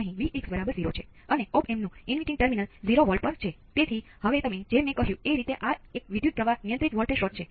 t બરાબર 0 પર દેખીતી રીતે તે 5 વોલ્ટ હોય છે